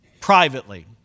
privately